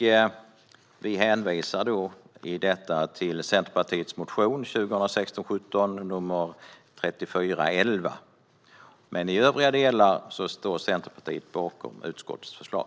Vi hänvisar här till Centerpartiets motion 2016/17:3411. I övriga delar står Centerpartiet dock bakom utskottets förslag.